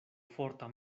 forta